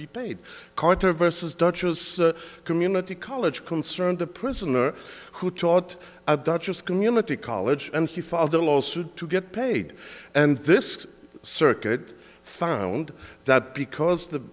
be paid carter versus duchess community college concerned a prisoner who taught a duchess community college and he filed a lawsuit to get paid and this circuit found that because the